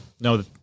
no